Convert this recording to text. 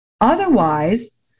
Otherwise